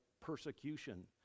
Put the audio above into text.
persecution